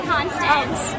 Constance